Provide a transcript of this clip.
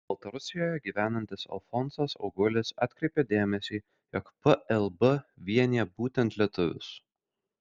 baltarusijoje gyvenantis alfonsas augulis atkreipė dėmesį jog plb vienija būtent lietuvius